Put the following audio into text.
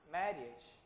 marriage